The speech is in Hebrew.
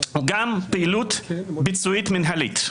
הוא גם פעילות ביצועית מנהלית.